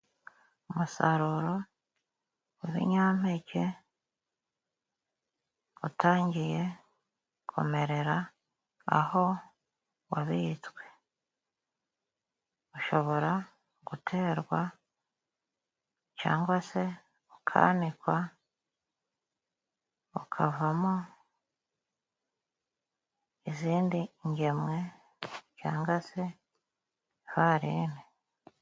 Umusaruro w'ibinyampeke utangiye kumerera aho wabitswe, ushobora guterwa cangwa se ukanikwa, ukavamo izindi ngemwe cyanga se ifarini.